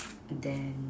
then